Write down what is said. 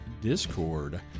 discord